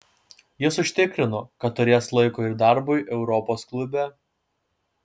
jis užtikrino kad turės laiko ir darbui europos klube